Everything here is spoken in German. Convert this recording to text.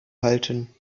halten